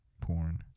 porn